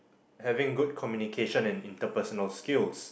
having good communication and interpersonal skills